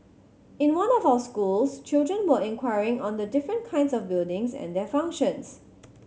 in one of our schools children were inquiring on the different kinds of buildings and their functions